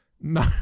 No